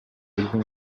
элдин